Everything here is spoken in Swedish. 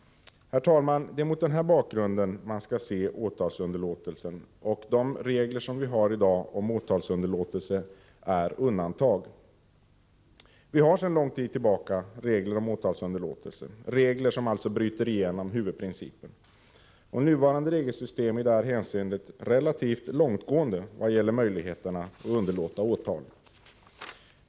Herr talman! Det är mot den här bakgrunden man skall se åtalsunderlåtelsen. De regler om åtalsunderlåtelse som vi i dag har är undantag. Vi har sedan lång tid tillbaka regler om åtalsunderlåtelse, regler som alltså bryter igenom huvudprincipen. De nuvarande regelsystemen i det här hänseendet är relativt långtgående vad det gäller möjligheterna att underlåta åtal.